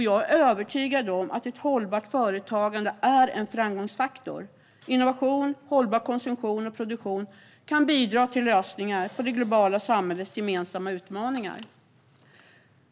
Jag är övertygad om att ett hållbart företagande är en framgångsfaktor. Innovation, hållbar konsumtion och produktion kan bidra till lösningar på det globala samhällets gemensamma utmaningar.